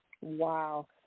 Wow